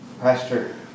Pastor